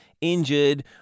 injured